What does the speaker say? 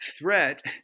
threat